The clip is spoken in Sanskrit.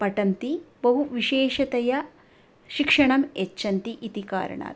पठन्ति बहु विशेषतया शिक्षणं यच्छन्ति इति कारणात्